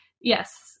Yes